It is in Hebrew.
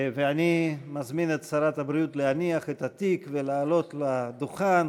אני מזמין את שרת הבריאות להניח את התיק ולעלות לדוכן.